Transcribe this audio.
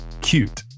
cute